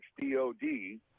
D-O-D